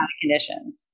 conditions